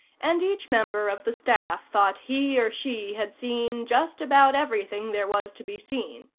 and each member of the staff thought he or she had seen just about everything there was to be seen.